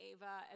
Ava